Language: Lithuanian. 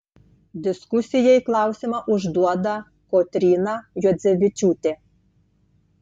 diskusijai klausimą užduoda kotryna juodzevičiūtė